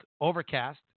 Overcast